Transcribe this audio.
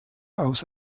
aus